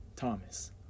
Thomas